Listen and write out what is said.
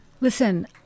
Listen